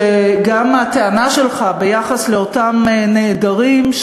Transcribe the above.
שגם הטענה שלך ביחס לאותם נעדרים,